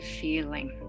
feeling